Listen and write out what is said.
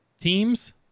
teams